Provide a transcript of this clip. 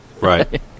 Right